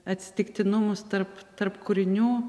atsitiktinumus tarp tarp kūrinių